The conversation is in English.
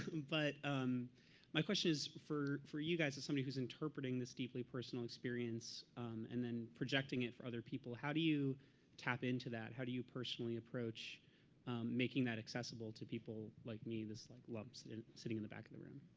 but um my question is, for for you guys as somebody who's interpreting this deeply personal experience and then projecting it for other people, how do you tap into that? how do you personally approach making that accessible to people like me, this like lump sitting sitting in the back of the room?